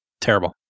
Terrible